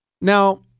Now